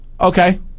okay